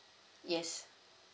yes